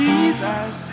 Jesus